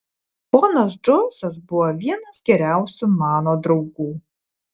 ponas džoisas buvo vienas geriausių mano draugų